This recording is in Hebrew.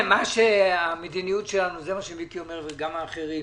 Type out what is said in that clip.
מיקי לוי אומר, וגם האחרים,